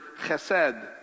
chesed